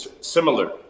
similar